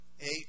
Eight